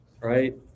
Right